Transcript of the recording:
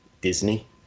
Disney